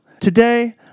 Today